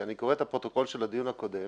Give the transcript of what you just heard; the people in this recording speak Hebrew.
כי אני קורא את הפרוטוקול של הדיון הקודם